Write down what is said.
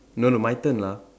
no no my turn lah